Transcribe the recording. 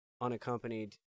unaccompanied